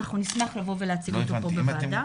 נשמח לבוא ולהציג לכם פה בוועדה.